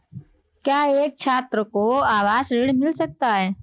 क्या एक छात्र को आवास ऋण मिल सकता है?